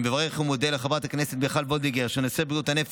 אני מברך חברת הכנסת מיכל וולדיגר ומודה